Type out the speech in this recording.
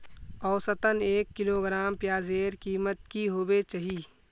औसतन एक किलोग्राम प्याजेर कीमत की होबे चही?